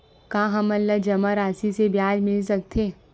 का हमन ला जमा राशि से ब्याज मिल सकथे?